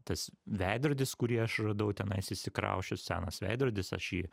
tas veidrodis kurį aš radau tenais įsikrausčius senas veidrodis aš jį